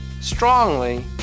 strongly